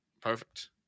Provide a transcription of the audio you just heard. Perfect